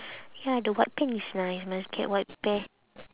ya the white pant is nice must get white pa~